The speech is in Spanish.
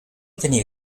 tenía